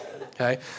okay